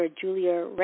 Julia